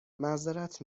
معذرت